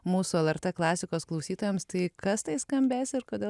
mūsų lrt klasikos klausytojams tai kas tai skambės ir kodėl